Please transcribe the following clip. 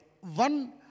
One